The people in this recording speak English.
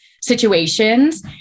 situations